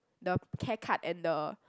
the care card and the